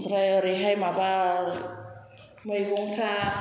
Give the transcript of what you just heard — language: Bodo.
ओमफ्राय ओरैहाय माबा मैगंफोरा